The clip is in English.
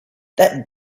that